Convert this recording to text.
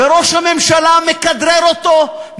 וראש הממשלה מכדרר אותו,